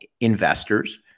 investors